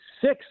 six